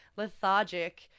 Lethargic